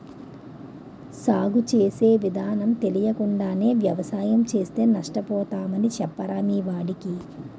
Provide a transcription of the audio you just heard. సాగు చేసే విధానాలు తెలియకుండా వ్యవసాయం చేస్తే నష్టపోతామని చెప్పరా మీ వాడికి